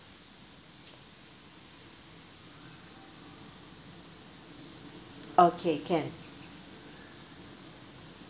okay can